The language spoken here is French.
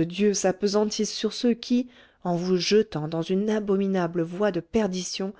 dieu s'appesantisse sur ceux qui en vous jetant dans une abominable voie de perditions